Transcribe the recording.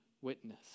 witness